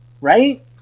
Right